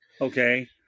okay